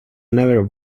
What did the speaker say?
never